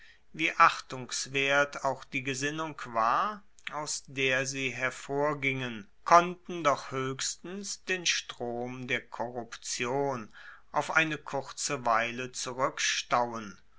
wie achtungswert auch die gesinnung war aus der sie hervorgingen konnten doch hoechstens den strom der korruption auf eine kurze weile